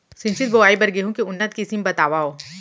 सिंचित बोआई बर गेहूँ के उन्नत किसिम बतावव?